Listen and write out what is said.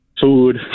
Food